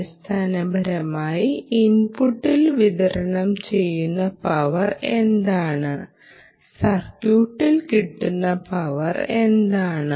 അടിസ്ഥാനപരമായി ഇൻപുട്ടിൽ വിതരണം ചെയ്യുന്ന പവർ എന്താണ് ഔട്ട്പുട്ടിൽ കിട്ടുന്ന പവർ എന്താണ്